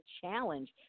challenge